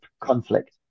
conflict